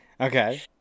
Okay